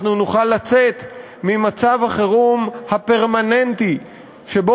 אנחנו נוכל לצאת ממצב החירום הפרמננטי שבו